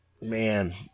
man